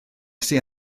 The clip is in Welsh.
sydd